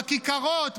בכיכרות,